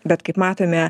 bet kaip matome